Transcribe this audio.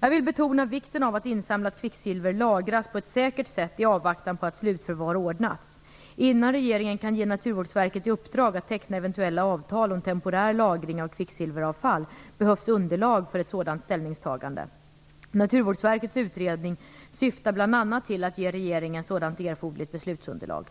Jag vill betona vikten av att insamlat kvicksilver lagras på ett säkert sätt i avvaktan på att slutförvar ordnats. Innan regeringen kan ge Naturvårdsverket i uppdrag att teckna eventuella avtal om temporär lagring av kvicksilveravfall behövs underlag för ett sådant ställningstagande. Naturvårdsverkets utredning syftar bl.a. till att ge regeringen sådant erforderligt beslutsunderlag.